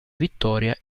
vittoria